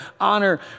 honor